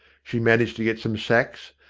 she managed to get some sacks,